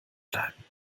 bleiben